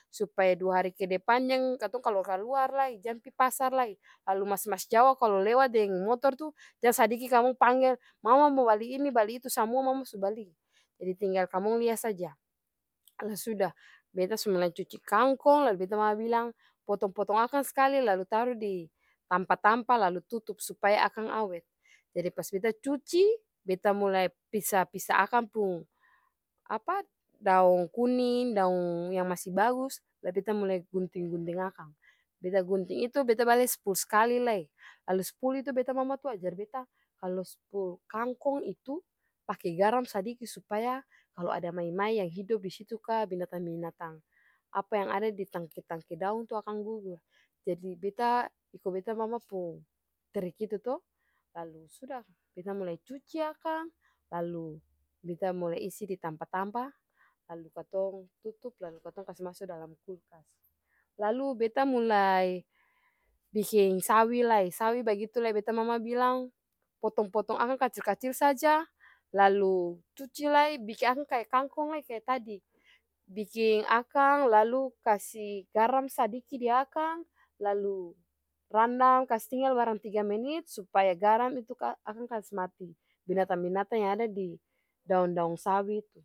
Supaya dua hari kedepan katong jang kaluar-kaluar lai jang pi pasar lai, lalu mas mas jawa kalu lewat deng motor tuh jang sadiki kamong panggel mama mo bali ini bali itu samua mama su bali jadi tinngal kamong lia saja, lah suda beta sumulai cuci kangkong la beta mama bilang potong-potong akang skali lalu taru ditampa-tampa lalu tutup supaya akang awet, jadi pas beta cuci beta mulai pisa-pisa akang pung apa daong kuning, daong yang masi bagus lalu beta mulai gunting-gunting akang, beta gunting itu beta bale spul skali lai, lalu spul itu beta mama to ajar beta kalu spul kangkong ityu pake garam sadiki supaya kalu ada mai-mai yang hidup disitu ka binatang-binatang apa yang ada ditangke-tangke daong tuh akang gugur. Jadi beta iko beta mama pung trik itu to lalu suda beta mulai cuci akang lalu beta mulai isi ditampa-tampa lalu katong tutup lalu katong kasi maso dalam kulkas. Lalu beta mulai biking sawi lai, sawi bagitu beta mama bilang potong-potong akang kacil-kacil saja lalu cuci lai biking akang kaya kangkong lai kaya tadi, biking akang lalu kasi garam sadiki diakang lalu randang kastinggal barang tiga menit supaya garam itu akang ka-akang kasi mati binatang-binatang yang ada didaong sawi itu.